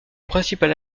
principal